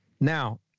Now